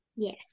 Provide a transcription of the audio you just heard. Yes